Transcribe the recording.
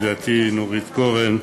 ידידתי נורית קורן,